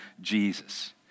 Jesus